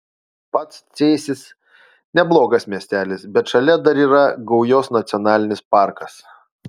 pats cėsis neblogas miestelis bet šalia dar yra gaujos nacionalinis parkas